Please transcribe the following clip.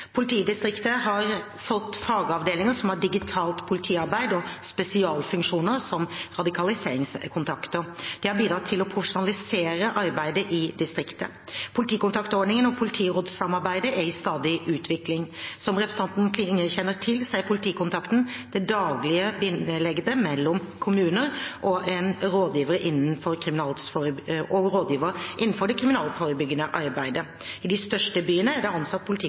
Politidistriktet har fått fagavdelinger som seksjon for digitalt politiarbeid og spesialfunksjoner som radikaliseringskontakter. Det har bidratt til å profesjonalisere arbeidet i distriktet. Politikontaktordningen og politirådsarbeidet er i stadig utvikling. Som representanten Klinge kjenner til, er politikontakten det daglige bindeleddet med kommunene og er rådgiver innenfor det kriminalitetsforebyggende arbeidet. I de største byene er det ansatt